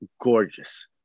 gorgeous